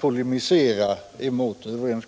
polemisera mot den.